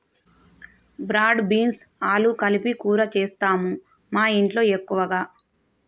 broad beans ఆలు కలిపి కూర చేస్తాము మాఇంట్లో ఎక్కువగా